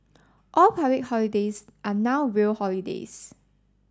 all public holidays are now real holidays